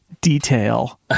detail